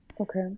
Okay